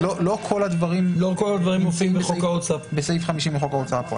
אז לא כל הדברים מופיעים בסעיף 50 לחוק ההוצאה לפועל.